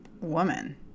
woman